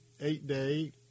eight-day